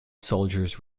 soldiers